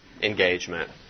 engagement